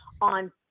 on